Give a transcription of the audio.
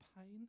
pain